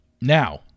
now